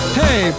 hey